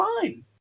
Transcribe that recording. fine